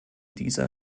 dieser